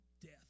death